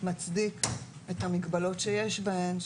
מצדיק את המגבלות שיש בהן,